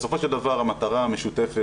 בסופו של דבר המטרה משותפת,